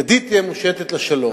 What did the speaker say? ידי תהיה מושטת לשלום.